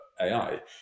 AI